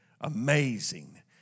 amazing